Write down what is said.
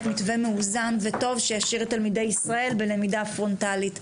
מתווה מאוזן וטוב שישאיר את תלמידי ישראל בלמידה פרונטלית.